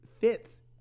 fits